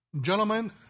Gentlemen